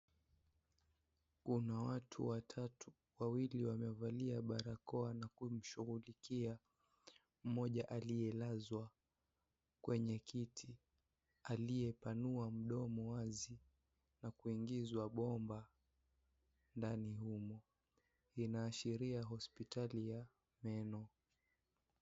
Kuna watu watatu. Wawili wamevalia barakoa na kumshughulikia mmoja aliyelazwa kwenye kiti, aliyepanua mdomo wazi na kuingizwa bomba ndani humo. Inaashiria hospitali ya meno.